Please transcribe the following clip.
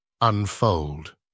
unfold